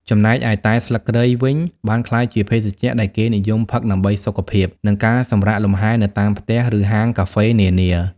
ចំណែកឯតែស្លឹកគ្រៃ វិញបានក្លាយជាភេសជ្ជៈដែលគេនិយមផឹកដើម្បីសុខភាព និងការសម្រាកលំហែ នៅតាមផ្ទះ ឬហាងកាហ្វេនានា។